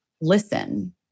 listen